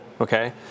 okay